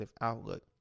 outlook